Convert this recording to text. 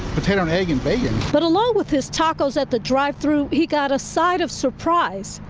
the tenant egg and bacon but along with this tacos at the drive-thru he got a side of surprise.